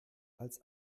als